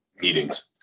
meetings